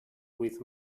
with